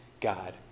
God